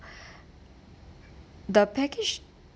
the package